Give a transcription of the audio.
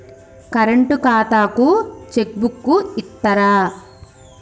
Current ఖాతాకు cheque book ఇత్తరా?